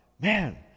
man